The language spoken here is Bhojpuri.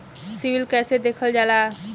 सिविल कैसे देखल जाला?